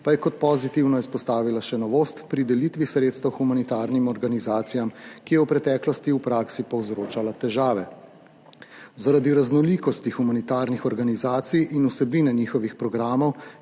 pa je kot pozitivno izpostavila še novost pri delitvi sredstev humanitarnim organizacijam, ki je v preteklosti v praksi povzročala težave. Zaradi raznolikosti humanitarnih organizacij in vsebine njihovih programov